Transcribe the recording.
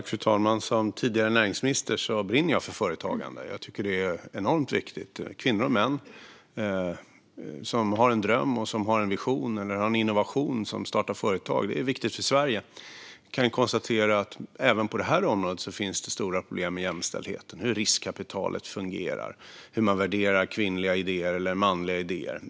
Fru talman! Som tidigare näringsminister brinner jag för företagande. Jag tycker att det är enormt viktigt. Kvinnor och män som har en dröm och en vision om att starta företag och som kanske har en innovation är viktiga för Sverige. Jag kan konstatera att även på detta område finns det stora problem med jämställdheten, hur riskkapitalet fungerar och hur man värderar kvinnliga eller manliga idéer.